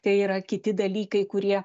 tai yra kiti dalykai kurie